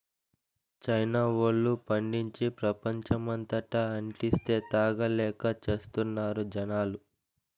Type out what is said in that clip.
China వోల్లు పండించి, ప్రపంచమంతటా అంటిస్తే, తాగలేక చస్తున్నారు జనాలు